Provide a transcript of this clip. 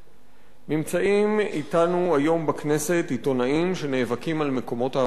נמצאים אתנו היום בכנסת עיתונאים שנאבקים על מקומות העבודה שלהם,